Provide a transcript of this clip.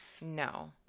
No